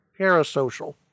parasocial